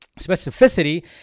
specificity